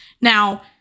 Now